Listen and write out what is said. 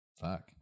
Fuck